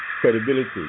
credibility